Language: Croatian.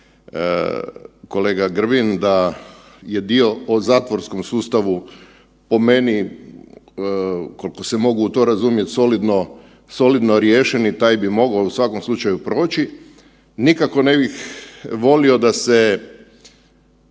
kolega, kolega Grbin da je dio o zatvorskom sustavu po meni, kolko se mogu u to razumjet, solidno, solidno riješen i taj bi mogao u svakom slučaju proći. Nikako ne bih volio da se